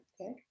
okay